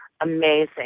amazing